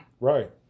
Right